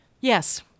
yes